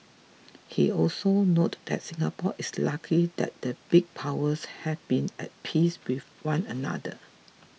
he also noted that Singapore is lucky that the big powers have been at peace with one another